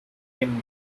him